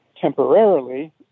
temporarily